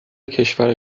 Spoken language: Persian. کشور